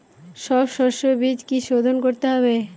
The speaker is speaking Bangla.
সব শষ্যবীজ কি সোধন করতে হবে?